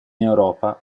europa